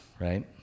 right